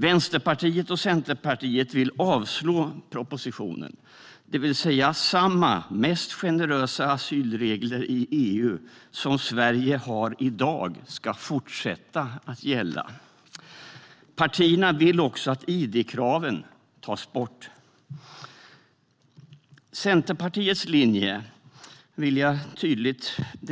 Vänsterpartiet och Centerpartiet vill avslå propositionen, det vill säga vill att samma mest generösa asylregler i EU som Sverige har i dag ska fortsätta att gälla. Partierna vill också att id-kraven tas bort. Jag vill tydligt redovisa att